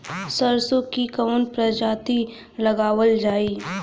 सरसो की कवन प्रजाति लगावल जाई?